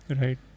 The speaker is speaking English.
Right